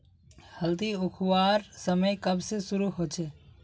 हल्दी उखरवार समय कब से शुरू होचए?